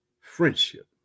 Friendship